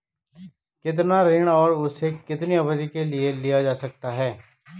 कितना ऋण और उसे कितनी अवधि के लिए लिया जा सकता है?